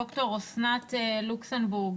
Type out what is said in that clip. דוקטור אסנת לוקסנבורג